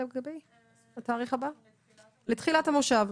לתחילת המושב.